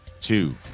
two